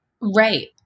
Right